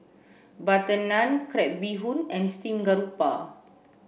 butter naan crab bee hoon and steam garoupa